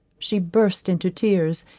she burst into tears,